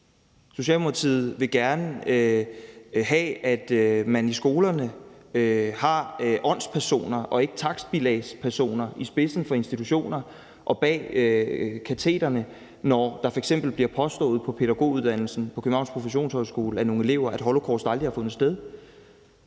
Socialdemokratiet vil gerne have, at man i skolerne har åndspersoner og ikke takstbilagspersoner i spidsen for institutioner og bag katedrene, når der f.eks.på pædagoguddannelsen på Københavns Professionshøjskole af nogle elever bliver påstået, at holocaust aldrig har fundet sted.